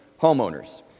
homeowners